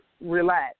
relax